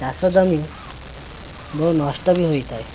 ଚାଷ ଜମି ବହୁ ନଷ୍ଟ ବି ହୋଇଥାଏ